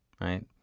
right